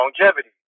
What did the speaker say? longevity